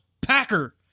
Packer